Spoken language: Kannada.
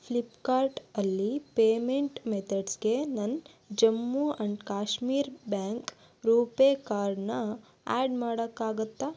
ಫ್ಲಿಪ್ಕಾರ್ಟ್ ಅಲ್ಲಿ ಪೇಮೆಂಟ್ ಮೆಥಡ್ಸ್ಗೆ ನನ್ನ ಜಮ್ಮು ಅಂಡ್ ಕಾಶ್ಮೀರ ಬ್ಯಾಂಕ್ ರೂಪೇ ಕಾರ್ಡ್ನ ಆ್ಯಡ್ ಮಾಡೋಕ್ಕಾಗೊತ್ತಾ